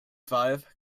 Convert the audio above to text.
five